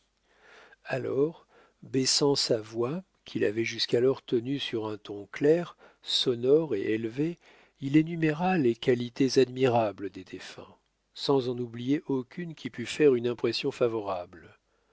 alors baissant sa voix qu'il avait jusqu'alors tenue sur un ton clair sonore et élevé il énuméra les qualités admirables des défunts sans en oublier aucune qui pût faire une impression favorable